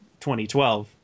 2012